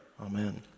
amen